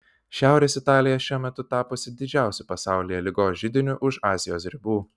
šiaurės italija šiuo metu tapusi didžiausiu pasaulyje ligos židiniu už azijos ribų